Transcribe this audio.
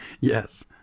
Yes